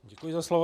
Děkuji za slovo.